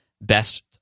best